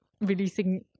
releasing